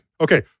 Okay